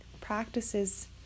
practices